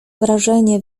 wrażenie